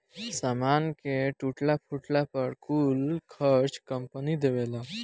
सामान के टूटला फूटला पर कुल खर्चा कंपनी देवेला